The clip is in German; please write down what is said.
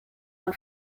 man